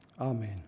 amen